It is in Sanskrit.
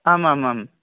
आम् आम् आम्